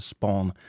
Spawn